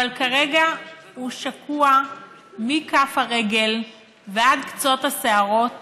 אבל כרגע הוא שקוע מכף רגל ועד קצות השערות